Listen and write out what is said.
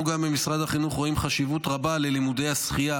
אנחנו במשרד החינוך גם רואים חשיבות רבה בלימודי השחייה